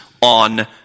on